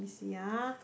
see ah